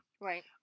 Right